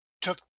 took